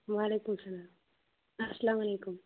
وعلیکُم سَلام اَسلام علیکُم